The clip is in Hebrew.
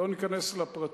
לא ניכנס לפרטים,